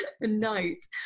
nice